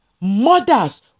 Mothers